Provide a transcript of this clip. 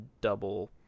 double